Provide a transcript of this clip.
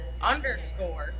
underscore